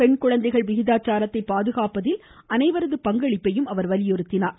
பெண் குழந்தைகள் விகிதாச்சாரத்தை பாதுகாப்பதில் அனைவரது பங்களிப்பையும் அவர் வலியுறுத்தினார்